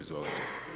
Izvolite.